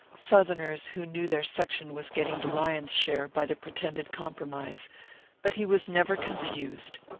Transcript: southerners who knew their section was getting the lion's share by the pretended compromise but he was never confused.